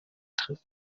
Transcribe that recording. trifft